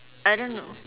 I don't know